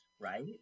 right